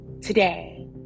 today